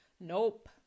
Nope